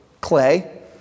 clay